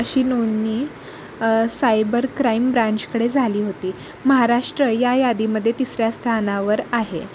अशी नोंदणी cyber crime ब्रांचकडे झाली होती महाराष्ट्र या यादीमध्ये तिसऱ्या स्थानावर आहे